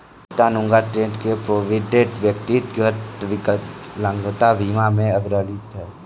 Chattanooga, Tenn के Provident, व्यक्तिगत विकलांगता बीमा में अग्रणी हैं